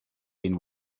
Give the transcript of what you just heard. been